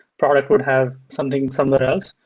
product would have something something else.